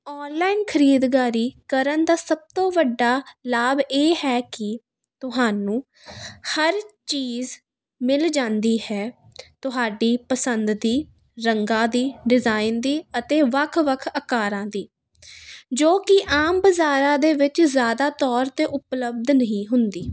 online ਖਰੀਦਦਾਰੀ ਕਰਨ ਦਾ ਸਭ ਤੋਂ ਵੱਡਾ ਲਾਭ ਇਹ ਹੈ ਕਿ ਤੁਹਾਨੂੰ ਹਰ ਚੀਜ਼ ਮਿਲ ਜਾਂਦੀ ਹੈ ਤੁਹਾਡੀ ਪਸੰਦ ਦੀ ਰੰਗਾ ਦੀ ਡਿਜ਼ਾਇਨ ਦੀ ਅਤੇ ਵੱਖ ਵੱਖ ਅਕਾਰਾਂ ਦੀ ਜੋ ਕਿ ਆਮ ਬਾਜ਼ਾਰਾਂ ਦੇ ਵਿੱਚ ਜ਼ਿਆਦਾ ਤੌਰ 'ਤੇ ਉਪਲਬਧ ਨਹੀਂ ਹੁੰਦੀ